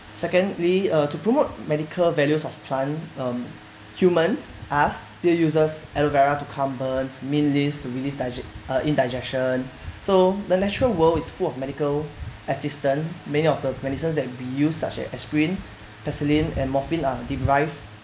secondly uh to promote medical values of plant um humans us still uses aloe vera cucumbers mint leaves to relief dig~ uh indigestion so the natural world is full of medical assistant many of the medicines that we use such as aspirin vaseline and morphine are derived